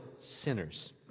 sinners